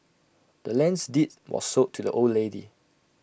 the land's deeds was sold to the old lady